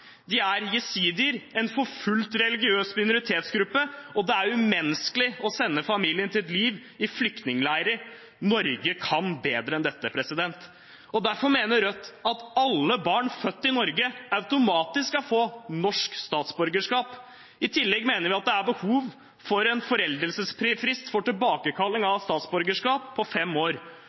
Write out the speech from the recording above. De er jesidier, en forfulgt religiøs minoritetsgruppe, og det er umenneskelig å sende familien til et liv i flyktningleirer. Norge kan bedre enn dette. Derfor mener Rødt at alle barn født i Norge automatisk skal få norsk statsborgerskap. I tillegg mener vi at det er behov for en foreldelsesfrist på fem år for tilbakekalling av statsborgerskap.